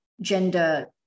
gender